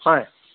হয়